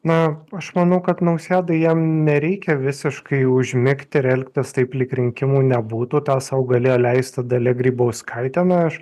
na aš manau kad nausėda jam nereikia visiškai užmigti ir elgtis taip lyg rinkimų nebūtų tą sau galėjo leisti dalia grybauskaitė na aš